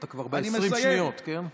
אתה כבר ב-20 שניות, כן?